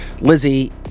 Lizzie